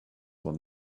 will